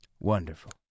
Wonderful